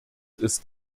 ist